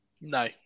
No